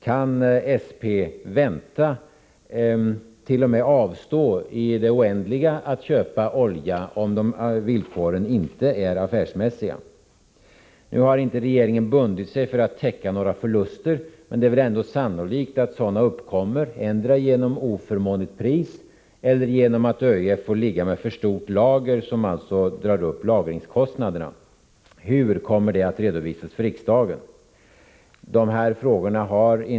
Kan SP vänta, t.o.m. avstå i det oändliga från att köpa olja, om villkoren inte är affärsmässiga? Regeringen har inte förbundit sig att täcka några förluster, men det är väl ändå sannolikt att sådana uppkommer endera genom oförmånligt pris eller genom att ÖEF får hålla ett för stort lager, som alltså drar upp lagringskostnaderna. Hur kommer detta att redovisas för riksdagen?